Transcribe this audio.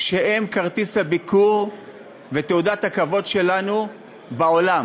הם כרטיס הביקור ותעודת הכבוד שלנו בעולם.